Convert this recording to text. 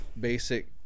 basic